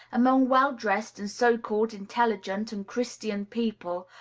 among well-dressed and so-called intelligent and christian people,